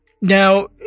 Now